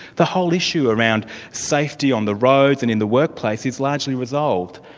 the whole issue around safety on the roads and in the workplace is largely resolved.